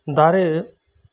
ᱫᱟᱨᱮ